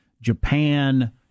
Japan